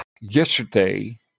yesterday